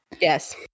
yes